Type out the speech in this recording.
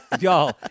Y'all